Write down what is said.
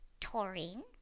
taurine